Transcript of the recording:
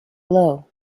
blow